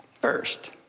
first